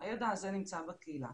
הידע הזה נמצא בקהילה.